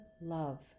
love